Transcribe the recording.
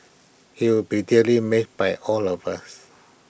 he will be dearly mitt by all of us